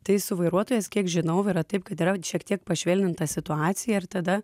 tai su vairuotojais kiek žinau yra taip kad yra šiek tiek pašvelninta situacija ir tada